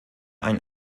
ein